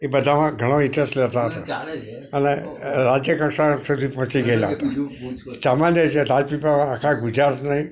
એ બધામાં ઘણો ઇન્ટરેસ્ટ લેતા હતાં અને રાજ્યકક્ષા સુધી પહોંચી ગયેલાં સામાન્ય રીતે રાજપીપળામાં આખા ગુજરાતની